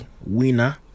winner